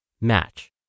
match